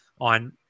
on